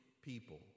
People